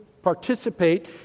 participate